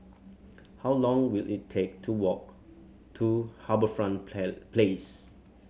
how long will it take to walk to HarbourFront Place